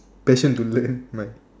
passion to learn